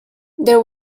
there